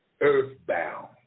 earthbound